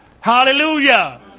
Hallelujah